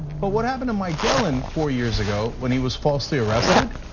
but what happened to mike gelin four years ago when he was falsely arrested?